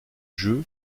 jeux